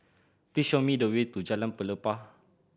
please show me the way to Jalan Pelepah